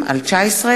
אימוץ